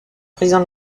président